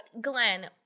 Glenn